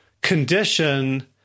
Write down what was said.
condition